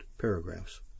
paragraphs